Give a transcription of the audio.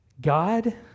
God